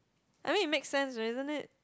I mean it makes sense isn't it